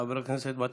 חבר הכנסת יזהר שי,